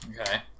Okay